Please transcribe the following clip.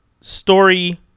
Story